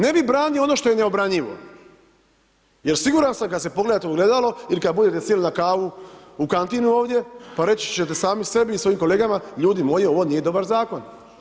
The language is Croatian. Ne bi branio ono što je neobranjivo jer siguran sam kada se pogledajte u ogledalo ili kada budete sjeli na kavu u kantinu ovdje pa reći ćete sami sebe i svojim kolegama – ljudi moji ovo nije dobar zakon.